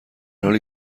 حالی